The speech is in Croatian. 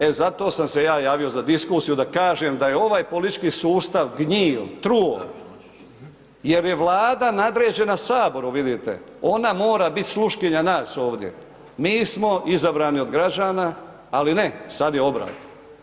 E zato sam se ja javio za diskusiju da kažem da je ovaj politički sustav gnjil, truo, jer je Vlada nadređena Saboru vidite, ona mora bit sluškinja nas ovdje, mi smo izabrani od građana, ali ne, sad je obratno.